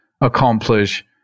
accomplish